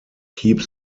keep